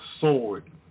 sword